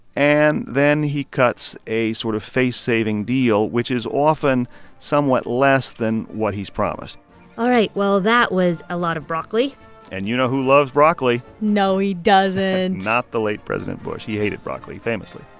and then he cuts a sort of face-saving deal, which is often somewhat less than what he's promised all right. well, that was a lot of broccoli and you know who loves broccoli? no, he doesn't not the late president bush. he hated broccoli, famously.